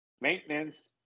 Maintenance